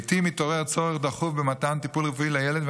לעיתים מתעורר צורך דחוף במתן טיפול רפואי לילד,